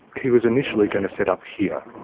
he was initially going to set up here,